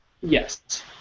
Yes